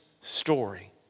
story